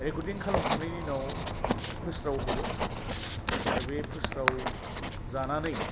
recording खालामखांनायनि उनाव फोस्रावहरो आरो बे फोस्रावजानानै